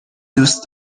دوست